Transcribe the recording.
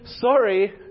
sorry